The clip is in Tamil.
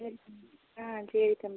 சரி தம்பி ஆ சரி தம்பி